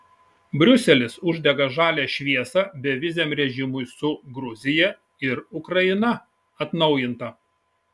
briuselis uždega žalią šviesą beviziam režimui su gruzija ir ukraina atnaujinta